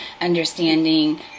understanding